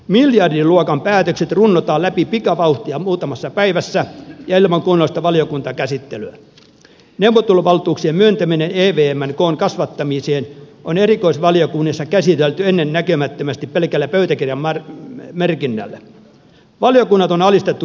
miljardiluokan päätökset runnotaan läpi pikavauhtia muutamassa päivässä ja ilman punaista valiokuntakäsittelyn neuvotteluvaltuuksien myöntäminen ei pienen koon kasvattamiseen on erikoisvaliokunnissa käsitelty ennennäkemättömästi pelkällä tai tekemään merkinnän valiokunnat on alistettu